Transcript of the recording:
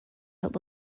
that